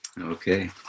Okay